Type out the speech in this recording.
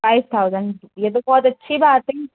five thousand ये तो बहुत अच्छी बात है